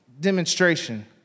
demonstration